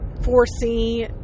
foresee